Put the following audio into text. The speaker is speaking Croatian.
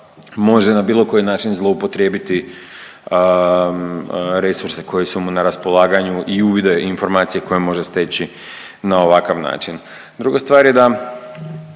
može na bilo koji način zloupotrijebiti resurse koji su mu na raspolaganju i uvide i informacije koje može steći na ovakav način. Druga stvar je da,